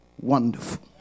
wonderful